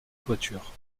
toiture